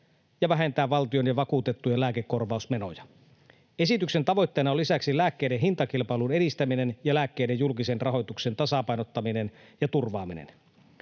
ja vähentää valtion ja vakuutettujen lääkekorvausmenoja. Esityksen tavoitteena on lisäksi lääkkeiden hintakilpailun edistäminen ja lääkkeiden julkisen rahoituksen tasapainottaminen ja turvaaminen.